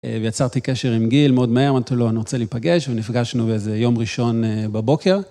ויצרתי קשר עם גיל, מאוד מהר אמרתי לו רוצה אני רוצה להיפגש ונפגשנו באיזה יום ראשון בבוקר.